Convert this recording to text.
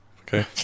Okay